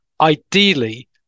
Ideally